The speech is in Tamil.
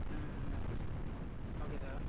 ம் ம் ஓகே சார்